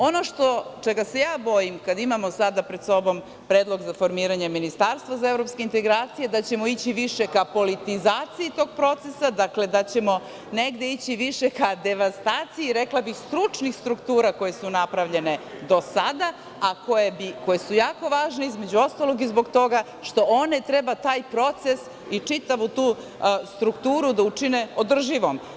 Ono čega se ja bojim kada imamo sada pred sobom predlog za formiranje ministarstva za evropske integracije, da ćemo ići više ka politizaciji tog procesa, dakle, da ćemo negde ići više ka devastaciji stručnih struktura koje su napravljene do sada, a koje su jako važne između ostalog i zbog toga što one treba taj proces i čitavu tu strukturu da učine održivom.